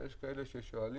יש כאלה ששואלים: